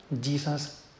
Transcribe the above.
Jesus